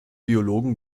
biologen